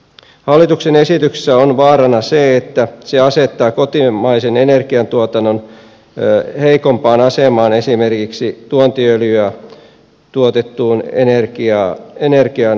hallituksen esityksessä on vaarana se että se asettaa kotimaisen energiantuotannon heikompaan asemaan esimerkiksi tuontiöljyllä tuotettuun energiaan verrattuna